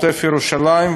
גם בעוטף-ירושלים,